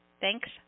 thanks